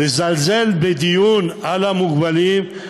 לזלזל בדיון על המוגבלים,